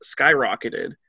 skyrocketed